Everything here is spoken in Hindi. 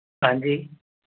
हाँ जी